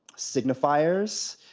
signifiers